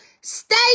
Stay